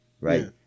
right